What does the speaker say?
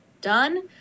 done